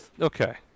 okay